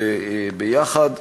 ולא יחד.